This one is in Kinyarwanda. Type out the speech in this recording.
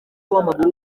w’amaguru